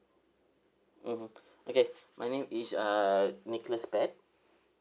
mmhmm okay my name is uh nicholas pat